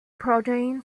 protein